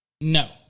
No